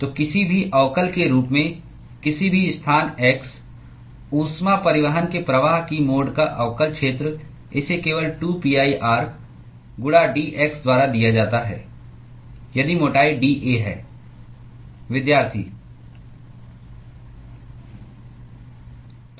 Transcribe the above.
तो किसी भी अवकल के रूप में किसी भी स्थान x ऊष्मा परिवहन के प्रवाहकीय मोड का अवकल क्षेत्र इसे केवल 2 pi r गुणा dx द्वारा दिया जाता है यदि मोटाई dA है